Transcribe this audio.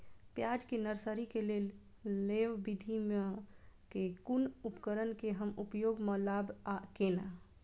प्याज केँ नर्सरी केँ लेल लेव विधि म केँ कुन उपकरण केँ हम उपयोग म लाब आ केना?